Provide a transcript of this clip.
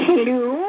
Hello